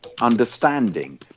understanding